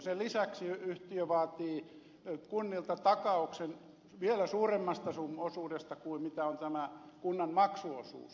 sen lisäksi yhtiö vaatii kunnilta takauksen vielä suuremmasta osuudesta kuin mitä on tämä kunnan maksuosuus